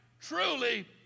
truly